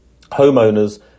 Homeowners